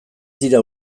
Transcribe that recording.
dira